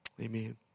amen